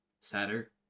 sadder